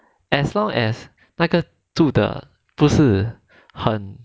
as long as 那个住的不是很